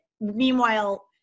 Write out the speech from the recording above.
Meanwhile